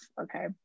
okay